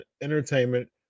entertainment